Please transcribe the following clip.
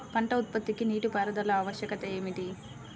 పంట ఉత్పత్తికి నీటిపారుదల ఆవశ్యకత ఏమిటీ?